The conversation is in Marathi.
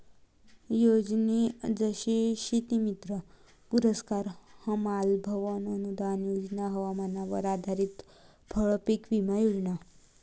योजने जसे शेतीमित्र पुरस्कार, हमाल भवन अनूदान योजना, हवामानावर आधारित फळपीक विमा योजना